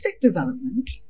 development